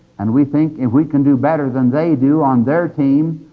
and we think if we can do better than they do on their team,